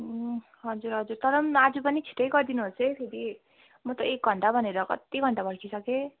उम् हजुर हजुर तर पनि आज पनि छिटै गरिदिनुहोस् है फेरि म त एक घन्टा भनेर कति घन्टा पर्खी सकेँ